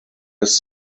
ice